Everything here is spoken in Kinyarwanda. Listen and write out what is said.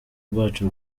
rwacu